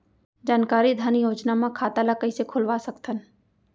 जानकारी धन योजना म खाता ल कइसे खोलवा सकथन?